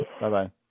Bye-bye